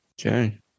Okay